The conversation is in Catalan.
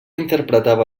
interpretava